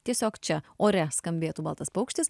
tiesiog čia ore skambėtų baltas paukštis